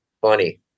funny